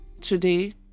Today